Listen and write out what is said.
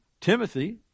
Timothy